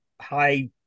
high